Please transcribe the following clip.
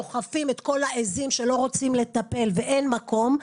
דוחפים את כל העיזים שלא רוצים לטפל ואין מקום.